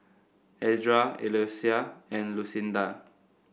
Edra Eloisa and Lucinda